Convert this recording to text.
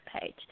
page